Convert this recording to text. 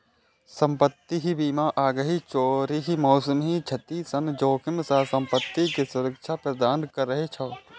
संपत्ति बीमा आगि, चोरी, मौसमी क्षति सन जोखिम सं संपत्ति कें सुरक्षा प्रदान करै छै